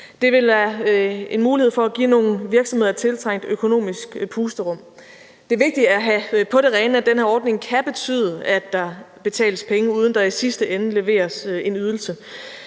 Det vil være en mulighed for at give nogle virksomheder et tiltrængt økonomisk pusterum. Det er vigtigt at have på det rene, at den her ordning kan betyde, at der betales penge, uden at der i sidste ende leveres en ydelse.